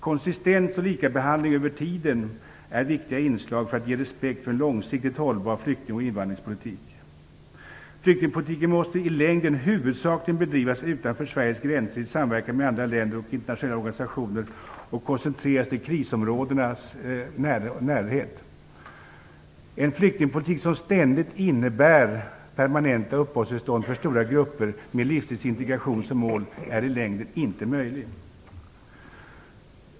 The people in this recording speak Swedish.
Konsistens och likabehandling över tiden är viktiga inslag för att ge respekt för en långsiktigt hållbar flykting och invandringspolitik. Flyktingpolitiken måste i längden huvudsakligen bedrivas utanför Sveriges gränser i samverkan med andra länder och internationella organisationer och koncentreras till krisområdenas närhet. En flyktingpolitik som ständigt innebär permanent uppehållstillstånd för stora grupper med livstidsintegration som mål är i längden inte möjlig.